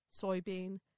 soybean